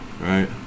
right